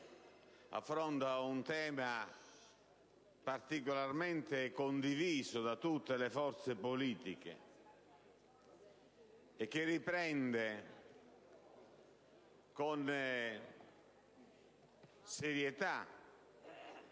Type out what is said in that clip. affronta un tema particolarmente condiviso da tutte le forze politiche, che riprende con serietà